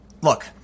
look